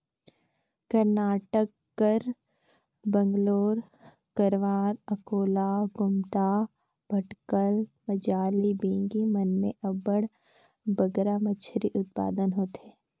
करनाटक कर मंगलोर, करवार, अकोला, कुमटा, भटकल, मजाली, बिंगी मन में अब्बड़ बगरा मछरी उत्पादन होथे